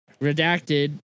redacted